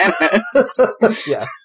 Yes